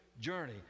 journey